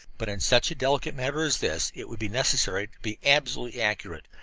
but in such a delicate matter as this it would be necessary to be absolutely accurate.